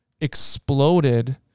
exploded